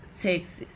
Texas